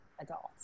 adults